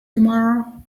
tomorrow